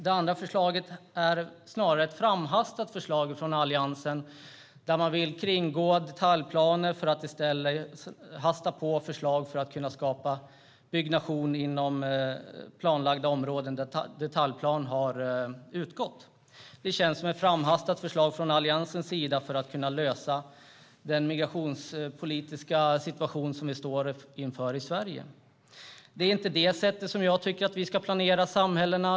Det andra förslaget är snarast framhastat av Alliansen och innebär att man vill kringgå detaljplaner för att i stället hasta på förslag för att kunna skapa byggnation inom planlagda områden där detaljplanen har utgått. Det känns som sagt som ett framhastat förslag från Alliansens sida för att kunna lösa den migrationspolitiska situation som vi står inför i Sverige. Det är inte på det sättet jag tycker att vi ska planera samhällena.